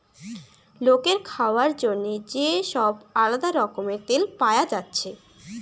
লোকের খাবার জন্যে যে সব আলদা রকমের তেল পায়া যাচ্ছে